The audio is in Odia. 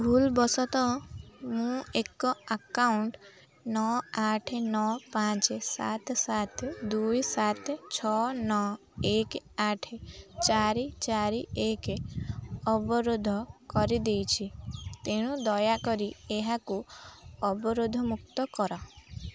ଭୁଲ୍ ବଶତଃ ମୁଁ ଏକ ଆକାଉଣ୍ଟ୍ ନଅ ଆଠ ନଅ ପାଞ୍ଚ ସାତ ସାତ ଦୁଇ ସାତ ଛଅ ନଅ ଏକ ଆଠ ଚାରି ଚାରି ଏକ ଅବରୋଧ କରିଦେଇଛି ତେଣୁ ଦୟାକରି ଏହାକୁ ଅବରୋଧମୁକ୍ତ କର